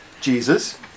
Jesus